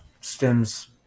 stems